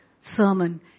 sermon